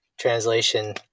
Translation